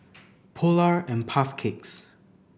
Polar and Puff Cakes